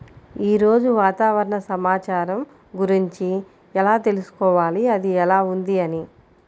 ఈరోజు వాతావరణ సమాచారం గురించి ఎలా తెలుసుకోవాలి అది ఎలా ఉంది అని?